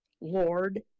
Lord